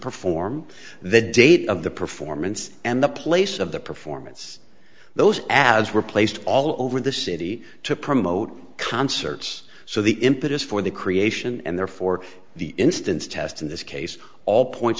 perform the date of the performance and the place of the performance those ads were placed all over the city to promote concerts so the impetus for the creation and therefore the instance tests in this case all point